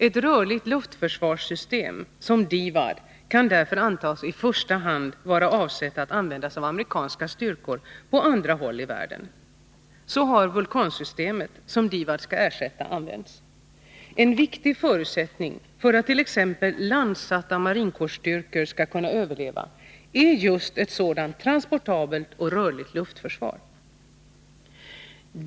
Ett rörligt luftförsvarssystem som DIVAD kan därför antas i första hand vara avsett att användas av amerikanska styrkor på andra håll i världen. Så har Vulcan-systemet, som DIVAD skall ersätta, använts. En viktig förutsättning för att t.ex. landsatta marinkårsstyrkor skall kunna överleva är just ett sådant transportabelt och rörligt luftförsvar.